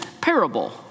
parable